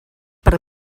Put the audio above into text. per